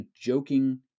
joking